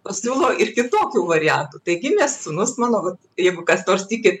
pasiūlo ir kitokių variantų tai gimė sūnus mano jeigu kas nors tiki